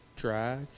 drag